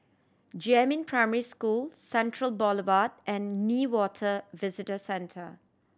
Jiemin Primary School Central Boulevard and Newater Visitor Centre